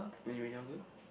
when you were younger